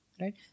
right